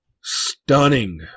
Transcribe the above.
stunning